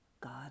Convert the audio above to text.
God